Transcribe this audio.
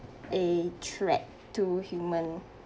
a threat to human